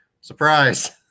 Surprise